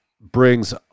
brings